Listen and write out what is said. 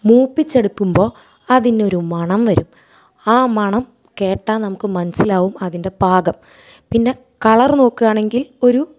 മൂപ്പിച്ചെടുക്കുമ്പോൾ അതിനൊരു മണം വരും ആ മണം കേട്ടാൽ നമുക്ക് മനസ്സിലാകും അതിൻ്റെ പാകം പിന്നെ കളറ് നോക്കുവാണെങ്കിൽ ഒരു